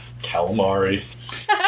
calamari